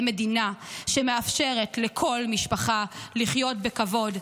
מדינה שמאפשרת לכל משפחה לחיות בכבוד.